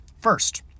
First